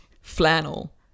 Flannel